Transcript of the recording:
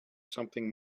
something